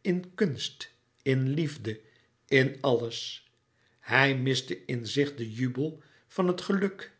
in kunst in liefde in alles hij miste in zich den jubel van het geluk